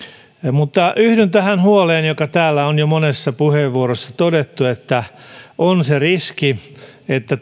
mutta yhdyn tähän huoleen joka täällä on jo monessa puheenvuorossa todettu että on se riski että